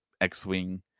X-Wing